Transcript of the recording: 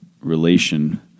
relation